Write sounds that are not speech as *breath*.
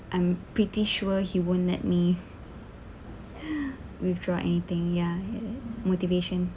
I'm pretty sure he won't let me *laughs* *breath* withdraw anything ya motivation